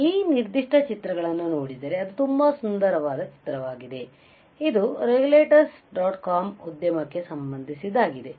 ಈ ನಿರ್ದಿಷ್ಟ ಚಿತ್ರಗಳನ್ನು ನೋಡಿದರೆ ಅದು ತುಂಬಾ ಸುಂದರವಾದ ಚಿತ್ರವಾಗಿದೆ ಇದುregulators dot com ಉದ್ಯಮಕ್ಕೆ ಸಂಬಂದಿಸಿದವಾಗಿವೆ